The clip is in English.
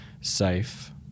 safe